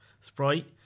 Sprite